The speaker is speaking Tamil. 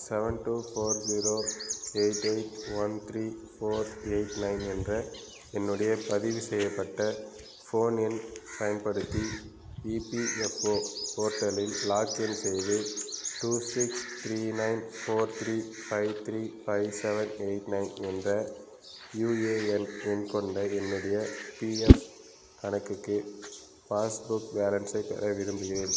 seven two four zero eight eight one three four eight nine என்ற என்னுடைய பதிவு செய்யப்பட்ட ஃபோன் எண் பயன்படுத்தி இபிஎஃப்ஓ போர்ட்டலில் லாக்இன் செய்து two six three nine four three five three five seven eight nine என்ற யுஏஎன் எண் கொண்ட என்னுடைய பிஎஃப் கணக்குக்கு பாஸ்புக் பேலன்ஸை பெற விரும்புகிறேன்